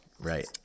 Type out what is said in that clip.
Right